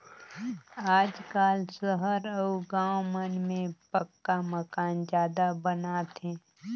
आजकाल सहर अउ गाँव मन में पक्का मकान जादा बनात हे